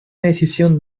decisión